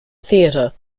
theatre